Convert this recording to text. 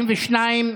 42,